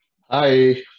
Hi